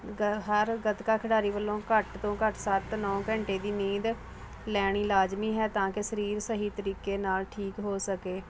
ਗ ਹਰ ਗੱਤਕਾ ਖਿਡਾਰੀ ਵੱਲੋਂ ਘੱਟ ਤੋਂ ਘੱਟ ਸੱਤ ਨੌ ਘੰਟੇ ਦੀ ਨੀਂਦ ਲੈਣੀ ਲਾਜ਼ਮੀ ਹੈ ਤਾਂ ਕਿ ਸਰੀਰ ਸਹੀ ਤਰੀਕੇ ਨਾਲ ਠੀਕ ਹੋ ਸਕੇ